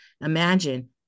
imagine